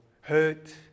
hurt